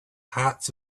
hearts